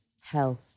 health